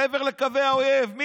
מעבר לקווי האויב.